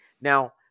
Now